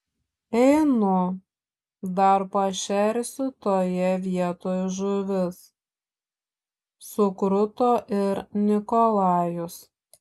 einu dar pašersiu toje vietoj žuvis sukruto ir nikolajus